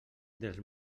dels